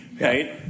right